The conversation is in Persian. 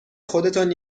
خودتان